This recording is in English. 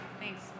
Thanks